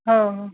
हो हो